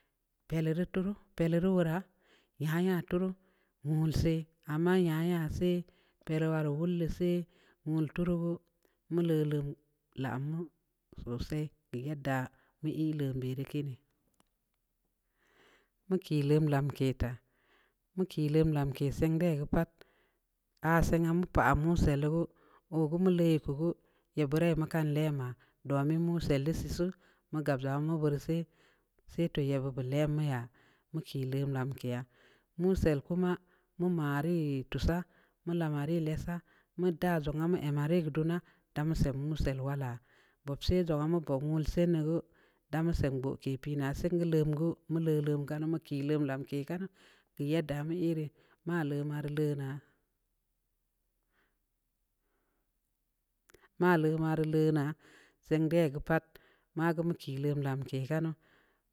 Peluru tuuru peluru wura nya-nya tuuru wuu sa'ay nya-nya sa'ay pere wara wal le sa'ay wul tuuru gue mu le lam lam na sosai yadda ii lam bere kii nii ma kii lum lum ke ta mu kii lam lamke siindegue pata sa'ay cam um pamu gue wu gum le ku gue ya bere wa kam le ma domin musii le sii suu ma gabza ma bar sii sa'ay toh ya babal le meya make le lamkia mu sal kama ma mari yed tuusa man le maria leesa mu daa nzongue a mari a duuna dum samm nu sal wala bub sii da wu ban wa sa'ay na gue dam sai gae kay pəə na siingue lengue mu la lam kanu mu ku lum ku ke kanu yadda mu ii re ma le ma re le na ma le mare le na sin də gue pat ma gum lera gum ke kanu.